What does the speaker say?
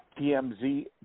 TMZ